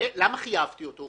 למה חייבתי אותו?